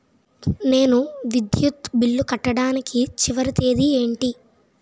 నేను విద్యుత్ బిల్లు కట్టడానికి చివరి తేదీ ఏంటి?